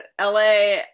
LA